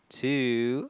two